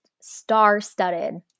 star-studded